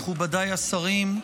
מכובדיי השרים,